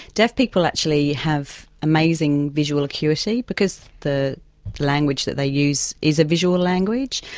deaf people actually have amazing visual acuity, because the language that they use is a visual language.